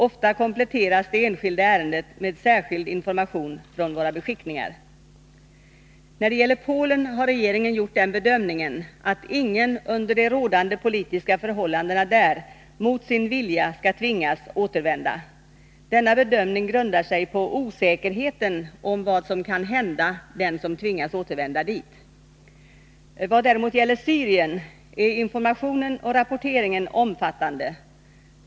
Ofta kompletteras det enskilda ärendet med särskild information från våra Nr 104 beskickningar. Tisdagen den När det gäller Polen har regeringen gjort den bedömningen att ingen under 23 mars 1982 de rådande politiska förhållandena där mot sin vilja skall tvingas återvända. Denna bedömning grundar sig på osäkerheten om vad som kan hända den som tvingas återvända dit. Vad däremot gäller Syrien är informationen och rapporteringen omfattande.